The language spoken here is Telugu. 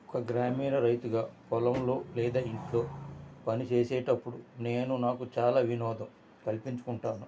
ఒక గ్రామీణ రైతుగా పొలంలో లేదా ఇంట్లో పనిచేసేటప్పుడు నేను నాకు చాలా వినోదం కల్పించుకుంటాను